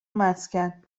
مسکن